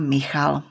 Michal